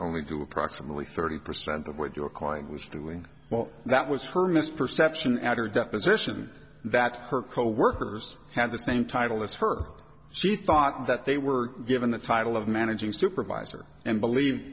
only do approximately thirty percent of what your client was doing well that was her mis perception at her deposition that her coworkers have the same title as her she thought that they were given the title of managing supervisor and believe